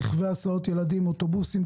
רכבי הסעות ילדים אוטובוסים,